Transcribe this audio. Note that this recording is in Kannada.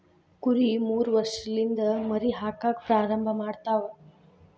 ಕುರಿ ಮೂರ ವರ್ಷಲಿಂದ ಮರಿ ಹಾಕಾಕ ಪ್ರಾರಂಭ ಮಾಡತಾವ